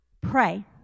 Pray